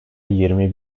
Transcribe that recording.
yirmi